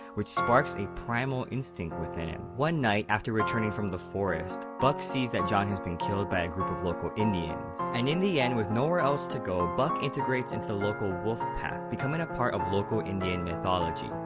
which sparks a primal instinct within him. one night, after returning from the forest, buck sees that john has been killed by a group of local indians. and in the end, with nowhere else to go, buck integrates into the local wolf pack, becoming a part of local indian mythology.